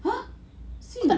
!huh! serious